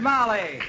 Molly